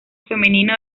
femenino